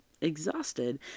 exhausted